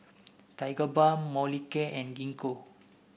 Tigerbalm Molicare and Gingko